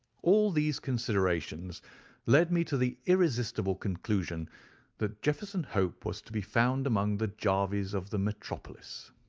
all these considerations led me to the irresistible conclusion that jefferson hope was to be found among the jarveys of the metropolis.